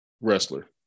wrestler